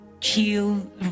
chill